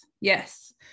Yes